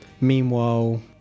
meanwhile